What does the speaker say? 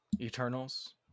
Eternals